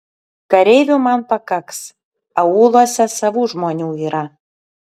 kareivių man pakaks aūluose savų žmonių yra